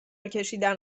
کشیدن